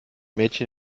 mädchen